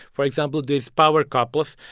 for example, these power couples,